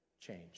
change